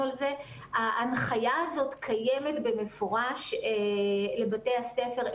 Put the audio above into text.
על זה: ההנחיה הזו קיימת במפורש בבתי הספר.